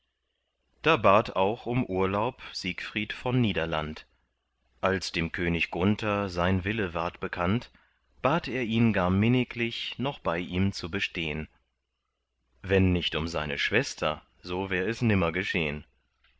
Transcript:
da bat auch um urlaub siegfried von niederland als dem könig gunther sein wille ward bekannt bat er ihn gar minniglich noch bei ihm zu bestehn wenn nicht um seine schwester so wär es nimmer geschehn